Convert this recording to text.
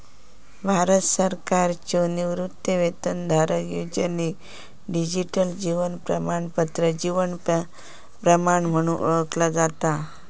भारत सरकारच्यो निवृत्तीवेतनधारक योजनेक डिजिटल जीवन प्रमाणपत्र जीवन प्रमाण म्हणून ओळखला जाता